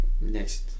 Next